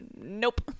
Nope